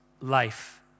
life